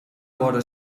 vora